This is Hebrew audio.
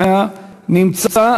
הלא-רחוק,